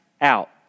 out